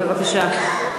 בבקשה.